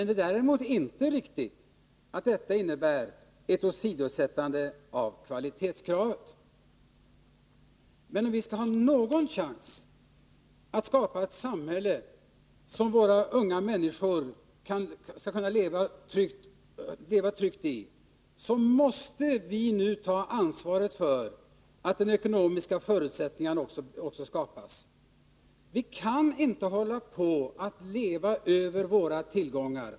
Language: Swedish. Det är däremot inte riktigt att detta innebär ett åsidosättande av kvalitetskravet. Men om vi skall ha någon chans att skapa ett samhälle som våra unga människor kan leva tryggt i, måste vi nu ta ansvaret för att de ekonomiska förutsättningarna för detta skapas. Vi kan inte hålla på att leva över våra tillgångar.